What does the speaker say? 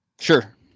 Sure